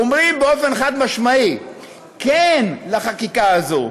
אומרים באופן חד-משמעי כן לחקיקה הזו.